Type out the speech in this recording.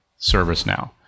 ServiceNow